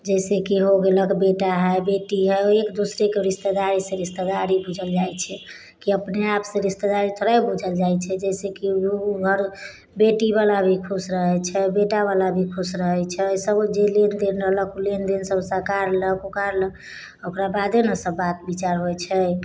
जइसेकि हो गेलक बेटा हइ बेटी हइ एक दोसराके रिश्तेदारीसँ रिश्तेदारी बुझल जाइ छै कि अपने आपसँ रिश्तेदारी थोड़े बुझल जाइ छै जइसेकि ओम्हर बेटीवला भी खुश रहै छै बेटावला भी खुश रहै छै सब जे लेनदेन रहलक ओ लेनदेनसब सकारलक उकारलक ओकरा बादे ने सब बात विचार होइ छै